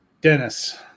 Dennis